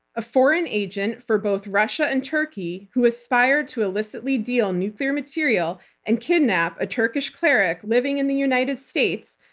a foreign agent for both russia and turkey who aspired to illicitly deal nuclear material and kidnap a turkish cleric living in the united states,